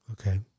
okay